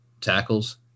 tackles